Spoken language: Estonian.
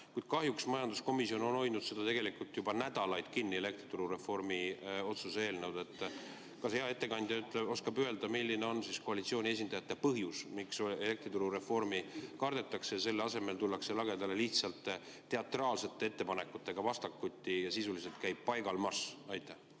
Kuid kahjuks on majanduskomisjon hoidnud seda juba nädalaid kinni, elektrituru reformi otsuse eelnõu. Kas hea ettekandja oskab öelda, milline on koalitsiooni esindajate põhjus, miks elektrituru reformi kardetakse, selle asemel tullakse vastakuti lagedale lihtsalt teatraalsete ettepanekutega ja sisuliselt käib paigalmarss? Aitäh!